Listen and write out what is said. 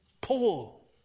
Paul